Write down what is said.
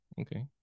Okay